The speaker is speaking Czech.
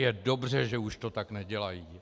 Je dobře, že už to tak nedělají.